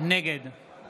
נגד